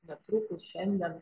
netrukus šiandien